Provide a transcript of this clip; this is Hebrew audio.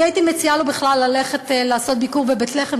הייתי מציעה לו בכלל ללכת לעשות ביקור בבית-לחם,